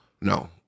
no